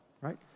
right